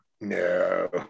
no